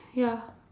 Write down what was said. ya